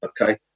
okay